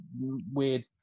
weird